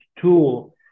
tool